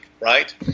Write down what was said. right